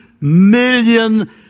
million